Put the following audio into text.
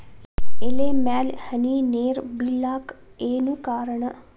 ಎಲೆ ಮ್ಯಾಲ್ ಹನಿ ನೇರ್ ಬಿಳಾಕ್ ಏನು ಕಾರಣ?